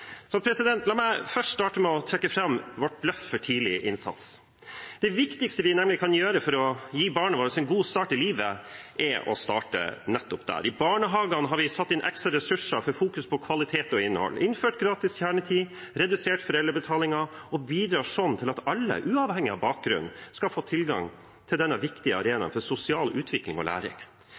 La meg først trekke fram vårt løft for tidlig innsats. Det viktigste vi kan gjøre for å gi barna våre en god start i livet, er å starte nettopp der. I barnehagene har vi satt inn ekstra ressurser for å fokusere på kvalitet og innhold, innført gratis kjernetid og redusert foreldrebetalingen, og bidrar sånn til at alle, uavhengig av bakgrunn, skal få tilgang til denne viktige arenaen for sosial utvikling og læring.